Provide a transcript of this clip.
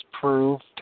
proved